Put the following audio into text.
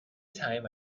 time